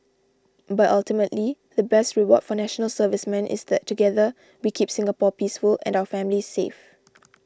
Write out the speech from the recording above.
but ultimately the best reward for National Servicemen is that together we keep Singapore peaceful and our families safe